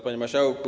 Panie Marszałku!